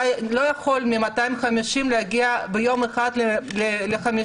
אתה לא יכול מ-250 להגיע ביום אחד ל-50.